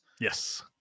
Yes